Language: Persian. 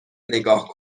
نگاه